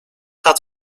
gaat